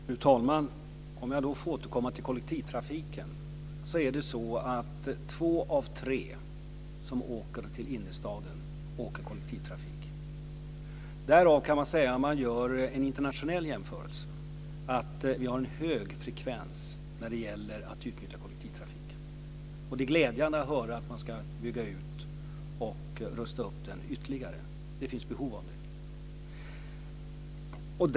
Fru talman! Jag får återkomma till kollektivtrafiken. Två av tre som åker till innerstaden åker kollektivt. Därav kan man säga att vi i en internationell jämförelse har en hög frekvens när det gäller att utnyttja kollektivtrafiken. Det är glädjande att höra att man ska bygga ut och rusta upp den ytterligare. Det finns behov av det.